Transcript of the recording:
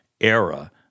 era